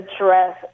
address